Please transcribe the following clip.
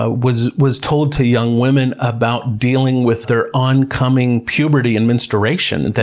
ah was was told to young women about dealing with, their oncoming, puberty and menstruation,